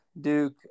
Duke